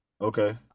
Okay